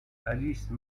alice